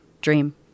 dream